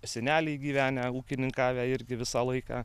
seneliai gyvenę ūkininkavę irgi visą laiką